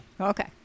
Okay